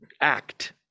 act